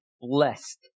blessed